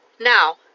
Now